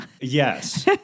Yes